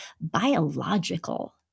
biological